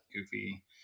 goofy